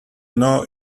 know